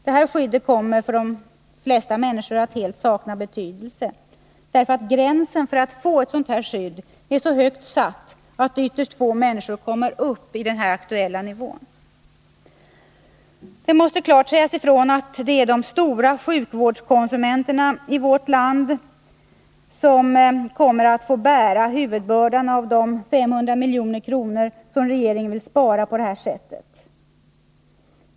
Detta skydd kommer för de flesta människor att helt sakna betydelse, därför att gränsen för att få ett sådant här skydd är så högt satt att ytterst få människor kommer upp till den aktuella nivån. Det måste klart sägas ifrån att det är de stora sjukvårdskonsumenterna i vårt land som kommer att få klara huvuddelen av de 500 milj.kr. som regeringen på detta sätt sparar.